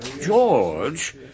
George